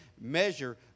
measure